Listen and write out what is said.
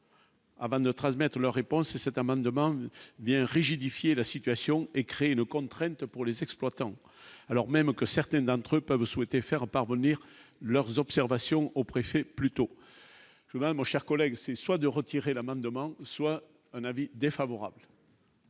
Avant notre admettre leur réponse et cet amendement vient rigidifier la situation et créer une contrainte pour les exploitants, alors même que certaines d'entre eux peuvent souhaiter faire parvenir leurs observations au préfet plutôt je vais mon cher collègue, c'est soit de retirer l'amendement soit un avis défavorable.